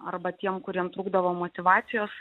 arba tiem kuriem trūkdavo motyvacijos